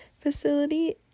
facility